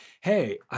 hey